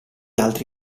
altri